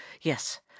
yes